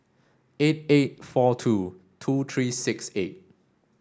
eight eight four two two three six eight